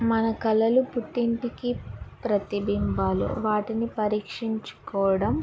మన కళలు పుట్టింటికి ప్రతిబింబాలు వాటిని పరీక్షించుకోవడం